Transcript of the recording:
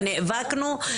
ונאבקנו,